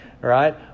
right